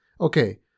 Okay